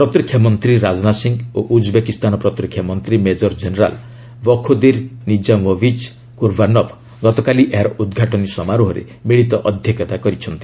ପ୍ରତିରକ୍ଷା ମନ୍ତ୍ରୀ ରାଜନାଥ ସିଂ ଓ ଉଜ୍ବେକିସ୍ତାନ ପ୍ରତିରକ୍ଷା ମନ୍ତ୍ରୀ major general Bakhodir Nizamovich Kurbanov ଗତକାଲି ଏହାର ଉଦ୍ଘାଟନୀ ସମାରୋହରେ ମିଳିତ ଅଧ୍ୟକ୍ଷତା କରିଛନ୍ତି